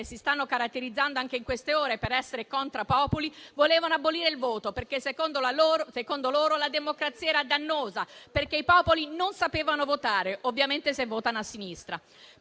si stanno caratterizzando anche in queste ore per essere *contra populi*, volevano abolire il voto, perché secondo loro la democrazia era dannosa, perché i popoli non sapevano votare, ovviamente se non votano a sinistra.